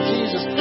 Jesus